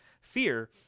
fear